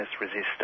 resistance